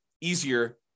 easier